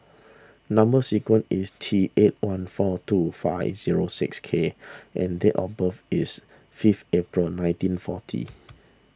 Number Sequence is T eight one four two five zero six K and date of birth is five April nineteen forty